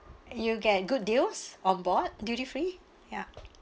you'll get good deals on board duty free ya